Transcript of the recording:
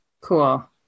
cool